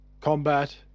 combat